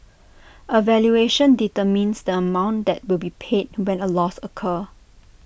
A valuation determines the amount that will be paid when A loss occurs